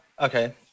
okay